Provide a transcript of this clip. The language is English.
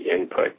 input